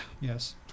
Yes